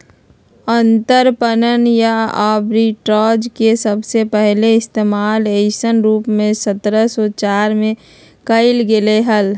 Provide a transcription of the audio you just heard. अंतरपणन या आर्बिट्राज के सबसे पहले इश्तेमाल ऐसन रूप में सत्रह सौ चार में कइल गैले हल